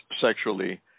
sexually